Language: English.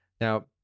Now